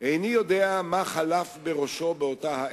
איני יודע מה חלף בראשו באותה העת,